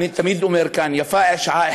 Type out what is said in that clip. בבקשה,